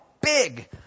big